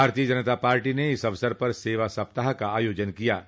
भारतीय जनता पार्टी ने इस अवसर पर सेवा सप्ताह का आयोजन किया है